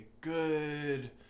good